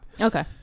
Okay